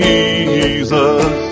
Jesus